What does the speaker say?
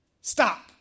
stop